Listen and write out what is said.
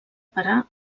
parar